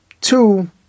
two